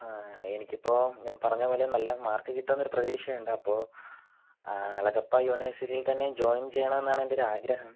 ആ എനിക്കിപ്പോൾ ഞാൻ പറഞ്ഞതുപോലെ നല്ല മാർക്ക് കിട്ടുമെന്ന് ഒരു പ്രതീക്ഷ ഉണ്ട് അപ്പോൾ അളഗപ്പ യൂണിവേഴ്സിറ്റിയിൽ തന്നെ ജോയിൻ ചെയ്യണമെന്നാണ് എൻ്റെ ഒരു ആഗ്രഹം